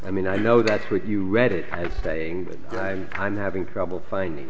i mean i know that's what you read it as saying that guy i'm having trouble finding